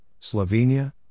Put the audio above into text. Slovenia